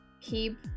keep